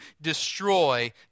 destroy